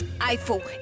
Eiffel